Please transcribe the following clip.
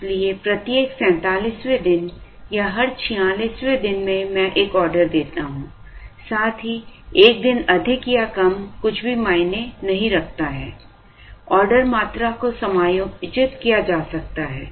इसलिए प्रत्येक 47 दिन या हर 46 दिनों में मैं एक ऑर्डर देता हूं साथ ही 1 दिन अधिक या कम कुछ भी मायने नहीं रखता है ऑर्डर मात्रा को समायोजित किया जा सकता है